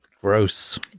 Gross